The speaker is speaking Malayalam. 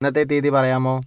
ഇന്നത്തെ തീയതി പറയാമോ